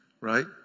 right